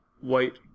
white